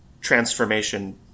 transformation